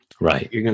Right